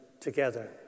together